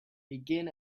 begin